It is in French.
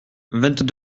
vingt